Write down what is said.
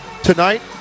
Tonight